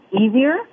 easier